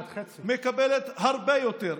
מקבלת הרבה יותר,